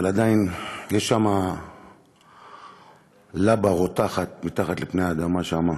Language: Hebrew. אבל עדיין יש שם לבה רותחת מתחת לפני האדמה שם.